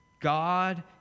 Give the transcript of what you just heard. God